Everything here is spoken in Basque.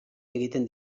egiten